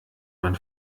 man